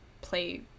play